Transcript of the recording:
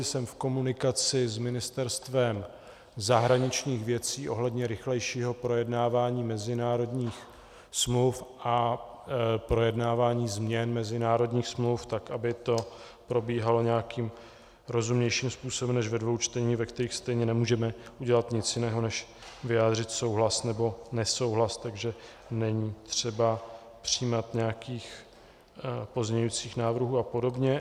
Jsem v komunikaci s Ministerstvem zahraničních věcí ohledně rychlejšího projednávání mezinárodních smluv a projednávání změn mezinárodních smluv, tak aby to probíhalo nějakým rozumnějším způsobem než ve dvou čteních, ve kterých stejně nemůžeme udělat nic jiného než vyjádřit souhlas nebo nesouhlas, takže není třeba přijímat nějaké pozměňující návrhy apod.